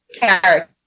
character